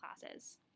classes